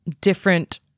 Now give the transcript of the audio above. different